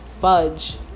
fudge